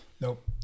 Nope